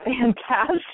fantastic